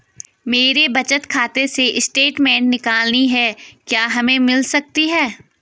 मेरे बचत खाते से स्टेटमेंट निकालनी है क्या हमें मिल सकती है?